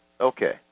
Okay